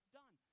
done